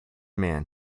man